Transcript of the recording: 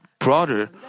broader